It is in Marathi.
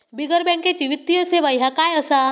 बिगर बँकेची वित्तीय सेवा ह्या काय असा?